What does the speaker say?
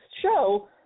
show